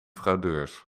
fraudeurs